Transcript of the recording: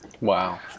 Wow